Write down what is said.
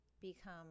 become